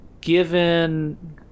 given